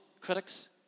critics